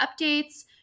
updates